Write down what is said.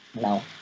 No